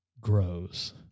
grows